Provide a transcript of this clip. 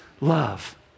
love